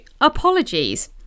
apologies